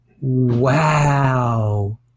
Wow